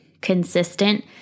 consistent